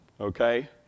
okay